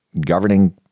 governing